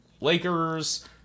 Lakers